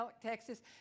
Texas